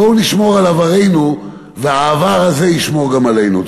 בואו נשמור על עברנו, והעבר הזה ישמור גם עלינו.